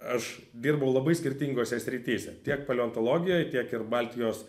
aš dirbau labai skirtingose srityse tiek paleontologijoj tiek ir baltijos